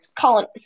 Colin